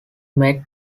met